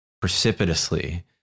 precipitously